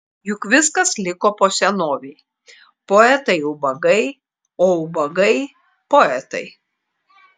juk viskas liko po senovei poetai ubagai o ubagai poetai